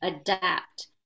Adapt